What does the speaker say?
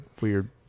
weird